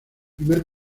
primer